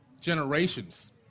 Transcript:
generations